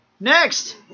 Next